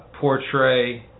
portray